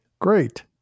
Great